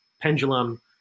Pendulum